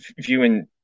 viewing